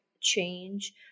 change